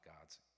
God's